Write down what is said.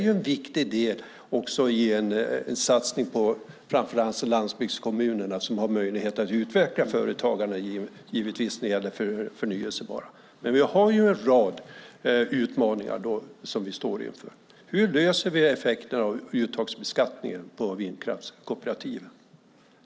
Det är en viktig del också i en satsning på framför allt landsbygdskommunerna, där det finns möjlighet att utveckla för företagarna när det gäller det förnybara. Men vi har en rad utmaningar som vi står inför. Hur löser vi frågan om effekterna av uttagsbeskattningen på vindkraftskooperativen?